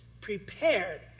prepared